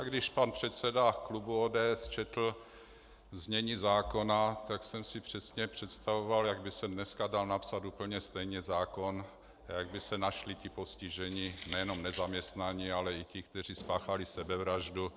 Když pan předseda klubu ODS četl znění zákona, tak jsem si přesně představoval, jak by se dneska dal napsat úplně stejný zákon a jak by se našli ti postižení, nejenom nezaměstnaní, ale i ti, kteří spáchali sebevraždu.